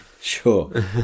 sure